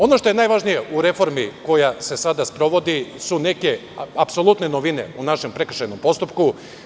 Ono što je najvažnije u reformi koja se sada sprovodi su neke apsolutne novine u našem prekršajnom postupku.